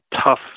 tough